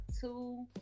two